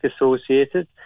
associated